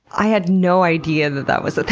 i had no idea that that was a thing.